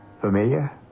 Familiar